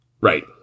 Right